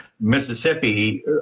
Mississippi